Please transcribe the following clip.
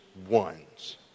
Ones